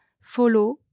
follow